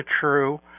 true